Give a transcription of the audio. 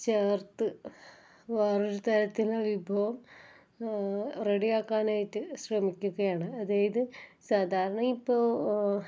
ചേർത്ത് വേറൊരു തരത്തിലെ വിഭവം റെഡി ആക്കാനായിട്ട് ശ്രമിക്കുകയാണ് അതേത് സാധാരണ ഇപ്പോൾ